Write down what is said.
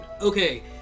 Okay